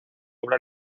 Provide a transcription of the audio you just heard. obra